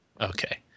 okay